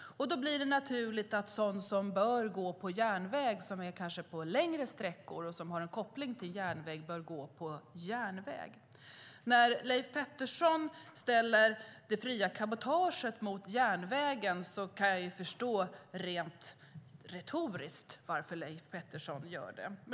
Det är naturligt att sådant som går längre sträckor och har en koppling till järnväg bör gå just på järnväg. Leif Pettersson ställer det fria cabotaget mot järnvägen. Jag kan rent retoriskt förstå varför han gör så.